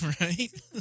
right